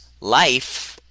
life